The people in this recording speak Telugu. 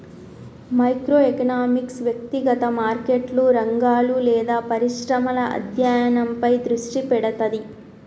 మైక్రో ఎకనామిక్స్ వ్యక్తిగత మార్కెట్లు, రంగాలు లేదా పరిశ్రమల అధ్యయనంపై దృష్టి పెడతది